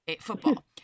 Football